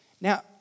Now